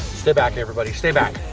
stay back everybody, stay back.